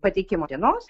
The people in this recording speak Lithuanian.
pateikimo dienos